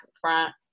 front